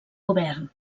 govern